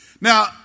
Now